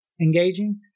engaging